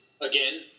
again